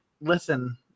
listen